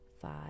five